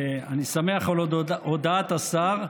אני שמח על הודעת השר.